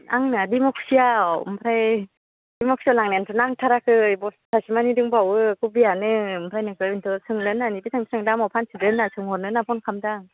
आंना दिमाखुसियाव ओमफ्राय दिमाखुसियाव लांनायानथ' नांथाराखै बस्थासे मानि दंबावो खबियानो ओमफ्राय नोंखौ सोंनो होननानै बेसां बेसां दामाव फानसोदों होनना सोंहदनो होनना फन खालामदां